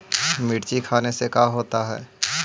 मिर्ची खाने से का होता है?